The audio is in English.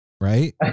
Right